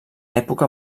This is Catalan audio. època